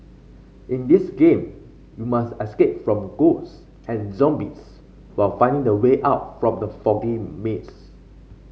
in this game you must escape from ghost and zombies while finding the way out from the foggy maze